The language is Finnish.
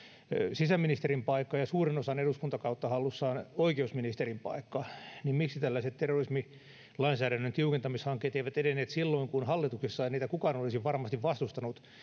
sisäministerin paikka ja suuren osan eduskuntakautta hallussaan oikeusministerin paikka niin miksi tällaiset terrorismilainsäädännön tiukentamishankkeet eivät edenneet silloin hallituksessa ei niitä kukaan olisi varmasti vastustanut